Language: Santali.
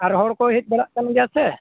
ᱟᱨ ᱦᱚᱲ ᱠᱚ ᱦᱮᱡ ᱵᱟᱲᱟ ᱠᱟᱱ ᱜᱮᱭᱟ ᱥᱮ